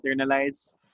internalize